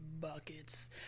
buckets